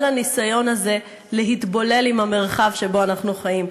הניסיון הזה להתבולל במרחב שבו אנחנו חיים.